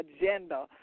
agenda